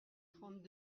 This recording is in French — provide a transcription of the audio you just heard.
trente